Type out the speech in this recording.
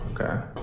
Okay